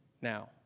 now